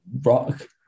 rock